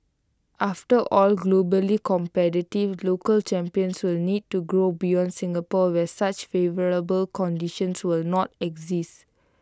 after all globally competitive local champions will need to grow beyond Singapore where such favourable conditions will not exist